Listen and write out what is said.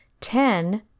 Ten